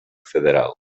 federal